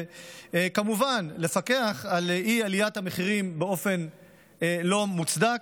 וכמובן לפקח על אי-עליית המחירים באופן לא מוצדק,